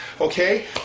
okay